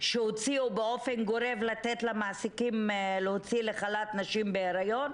שהוציאו באופן גורף לתת למעסיקים להוציא לחל"ת נשים בהריון.